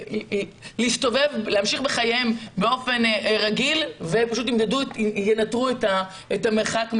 להמשיך בחייהן באופן רגיל ופשוט ינטרו את המרחק מהתוקף.